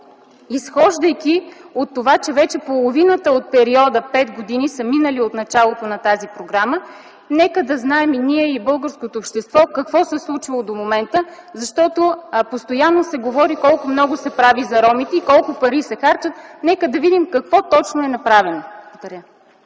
изхождайки от това, че вече половината от периода – пет години, са минали от началото на тази програма? Нека да знаем и ние, и българското общество какво се е случило до момента, защото постоянно се говори колко много се прави за ромите и колко пари се харчат. Нека да видим какво точно е направено.